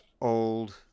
old